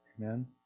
Amen